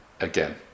again